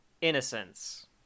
innocence